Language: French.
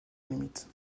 limite